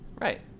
Right